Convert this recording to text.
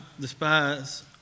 despise